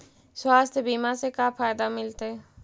स्वास्थ्य बीमा से का फायदा मिलतै?